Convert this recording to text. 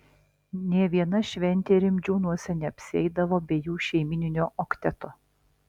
nė viena šventė rimdžiūnuose neapsieidavo be jų šeimyninio okteto